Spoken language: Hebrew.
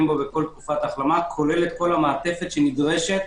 בו בכל תקופת ההחלמה כולל כל המעטפת שנדרשת